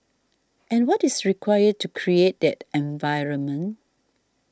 and what is required to create that environment